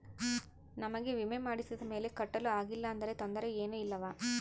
ನಮಗೆ ವಿಮೆ ಮಾಡಿಸಿದ ಮೇಲೆ ಕಟ್ಟಲು ಆಗಿಲ್ಲ ಆದರೆ ತೊಂದರೆ ಏನು ಇಲ್ಲವಾ?